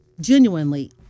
genuinely